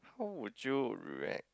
how would you react